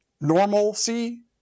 normalcy